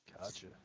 Gotcha